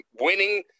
winning